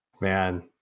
Man